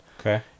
Okay